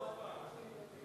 עוד פעם.